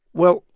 well,